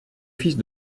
fils